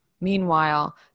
Meanwhile